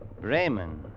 Bremen